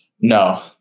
No